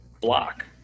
block